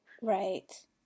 right